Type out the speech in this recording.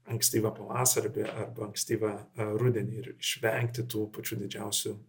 ankstyvą pavasarį be arba ankstyvą rudenį ir išvengti tų pačių didžiausių